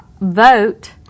vote